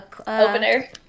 opener